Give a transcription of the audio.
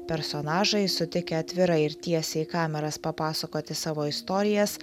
personažai sutikę atvirai ir tiesiai į kameras papasakoti savo istorijas